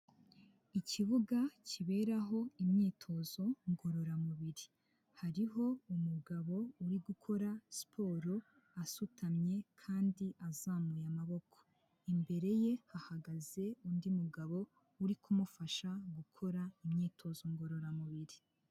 Ikibuga kiberaho imyitozo ngororamubiri, hariho umugabo uri gukora siporo asutamye kandi azamuye amaboko, imbere ye hahagaze undi mugabo uri kumufasha gukora imyitozo ngororamubiri.